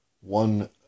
one